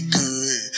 good